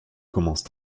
commence